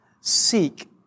seek